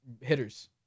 hitters